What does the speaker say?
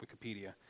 Wikipedia